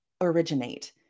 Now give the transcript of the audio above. originate